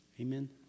Amen